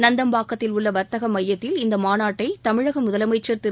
நந்தம்பாக்கத்தில் உள்ள வர்த்தக மையத்தில் இந்த மாநாட்டை தமிழக முதலமைச்சர் திரு